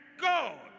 God